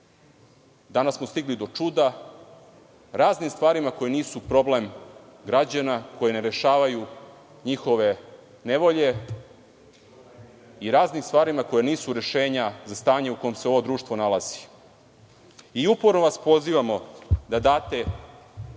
danas smo stigli i do čuda, raznim stvarima koje nisu problem građana, koje ne rešavaju njihove nevolje i raznim stvarima koja nisu rešenja za stanje u kom se ovo društvo nalazi. Uporno vas pozivamo da date